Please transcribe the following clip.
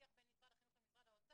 שוויון זכויות לאנשים עם מוגבלות.